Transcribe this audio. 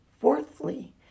Fourthly